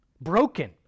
Broken